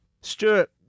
Stewart